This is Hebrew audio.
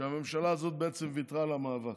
שהממשלה הזאת בעצם ויתרה על המאבק.